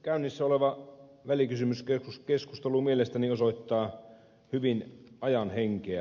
käynnissä oleva välikysymyskeskustelu mielestäni osoittaa hyvin ajan henkeä